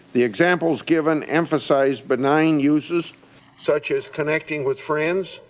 the examples given emphasize benign uses such as connecting with friends,